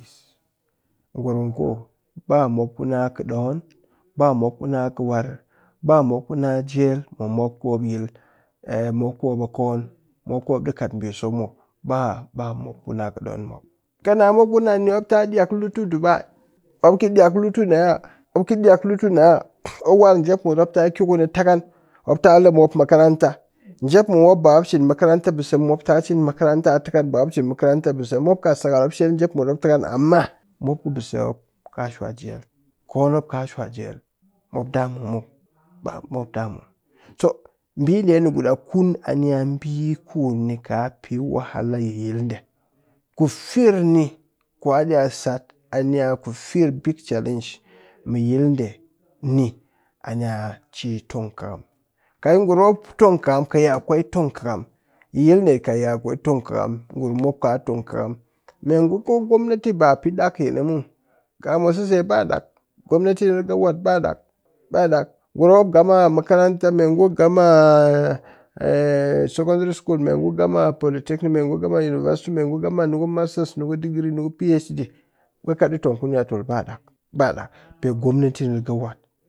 Ɓis ngurum ku ba mop ku na kɨɗoon, ba mop ku na kɨwar, ba mop ku na jel mɨ mop kuni yil ai mop kumop a koon mop ku mop ɗi kat ɓiso muw ba mop ku na kɨɗoon mop, ki na mop kunan ni mop ta ɗiak lu tu dubai mop ki ɗiak lu tu ne'a mop ki ɗiak lu tu ne'a mop war njep mut mop taa ki kuni takan mop tale mop makaranta, njep mu mop ba mop cin makaranta ɓise muw mop ta cin makaranta a takən ba mop cin ɓse muw mop kat sakal mop shel njep takan amma mop ku ɓise mop ka shwa jel, koon mopka shwa jel mop damu muw ba mop damu. So ɓide ni guda kun ani a ɓiiku ni ka pe wahala yi yil ɗe, ku firr ni ku a iya sat ani a ku firr big challenge mɨ yil ɗe ni ani a cin tong kɨkam kayi ngurum tongkɨkam ka yi akwai tongkɨkam, yi yil kat yi. akwai tongkɨkam ngurum mop ka tong kɨkam me ngu ko gomnati ba pe ɗak yini muw ka mwasese ba ɗak gomnati ni wat ba ɗak ba ɗak ngurum mop gama makaranta me ngu gama secondary school me ngu gama polytechnic me ngu gama university me ngu gama master me ngu gama niku master niku degree niku phd ɓe kɨ kat ɗi tong kuni'a tul ba ɗak, ba ɗak pe gonati ni riga wat.